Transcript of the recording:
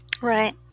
Right